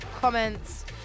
comments